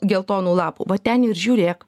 geltonų lapų va ten ir žiūrėk